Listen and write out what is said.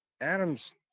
Adams